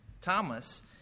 Thomas